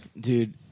Dude